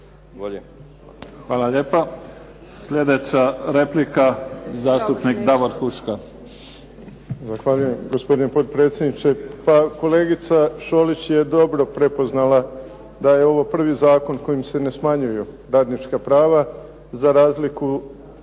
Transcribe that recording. Hvala lijepa. Sljedeća replika, zastupnik Davor Huška.